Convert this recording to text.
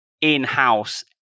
in-house